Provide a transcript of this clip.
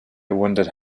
wondered